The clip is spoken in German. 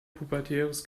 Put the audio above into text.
pubertäres